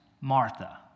Martha